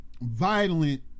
violent